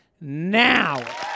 now